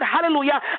hallelujah